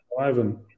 Ivan